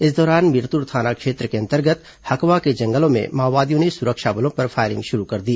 इस दौरान मिरतुर थाना क्षेत्र के अंतर्गत हकवा के जंगलों में माओवादियों ने सुरक्षा बलों पर फायरिंग शुरू कर दी